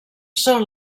són